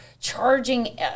charging